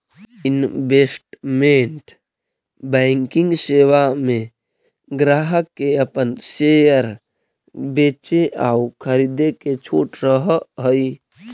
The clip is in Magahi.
इन्वेस्टमेंट बैंकिंग सेवा में ग्राहक के अपन शेयर बेचे आउ खरीदे के छूट रहऽ हइ